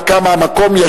הנמקה מהמקום.